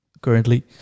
currently